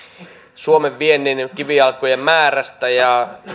suomen viennin kivijalkojen määrästä ja